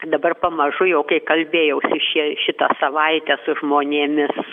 dabar pamažu jau kai kalbėjausi šie šitą savaitę su žmonėmis